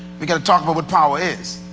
we got to talk about what power is.